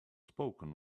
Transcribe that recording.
spoken